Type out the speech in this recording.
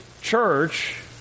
church